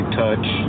touch